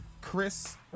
Chris